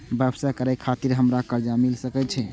व्यवसाय करे खातिर हमरा कर्जा मिल सके छे?